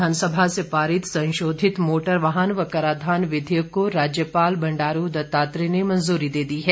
विधानसभा से पारित संशोधित मोटर वाहन व कराधान विधेयक को राज्यपाल बंडारू दत्तात्रेय ने मंजूरी दे दी है